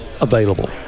available